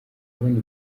abona